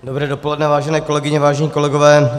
Dobré dopoledne, vážené kolegyně, vážení kolegové.